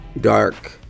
dark